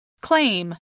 Claim